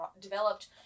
developed